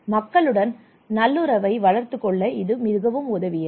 மக்களுடன் நல்லுறவை வளர்த்துக் கொள்ள இது மிகவும் உதவியது